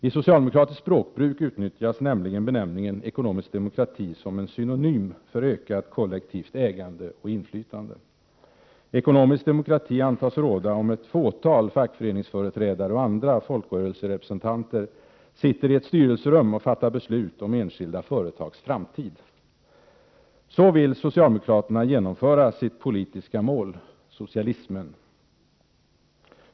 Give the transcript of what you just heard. I socialdemokratiskt språkbruk nyttjas nämligen benämningen ”ekonomisk demokrati” som en synonym för ökat kollektivt ägande och inflytande. Ekonomisk demokrati antas råda om ett fåtal fackföreningsföreträdare och andra folkrörelserepresentanter sitter i ett styrelserum och fattar beslut om enskilda företags framtid. Så vill socialdemokraterna genomföra sitt politiska mål — socialism.